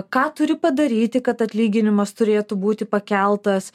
ką turi padaryti kad atlyginimas turėtų būti pakeltas